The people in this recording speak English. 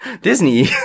Disney